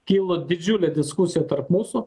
kyla didžiulė diskusija tarp mūsų